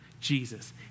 Jesus